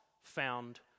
found